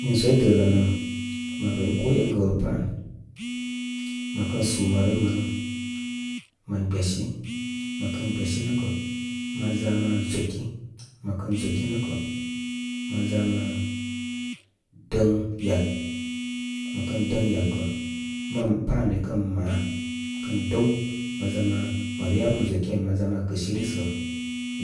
Nisə í dələnə maroroi koo eīn gəwlə pa a’n. Ma kə sù maroroi manu, mən gb yasi. Məkən gbyasaí nə’ ka’. Mka ʒa ma ʒoki. Məkən ʒoki nə’ kə ma ʒa ma dəŋ yàl. Mə ka’n dəŋ yàl kə`- mam pa’ anni kən maà, kən dəw. Ma ʒa ma, maroroi yabə mə ʒoku áy ma ʒa ma kɨsiri sə́